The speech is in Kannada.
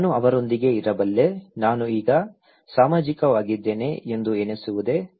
ನಾನು ಅವರೊಂದಿಗೆ ಇರಬಲ್ಲೆ ನಾನು ಈಗ ಸಾಮಾಜಿಕವಾಗಿದ್ದೇನೆ ಎಂದು ಎನಿಸುವುದೇ